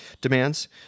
Demands